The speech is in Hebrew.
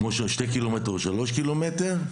כמו שניים-שלושה קילומטר.